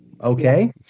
Okay